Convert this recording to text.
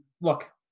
look